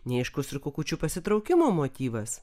neaiškus ir kukučiu pasitraukimo motyvas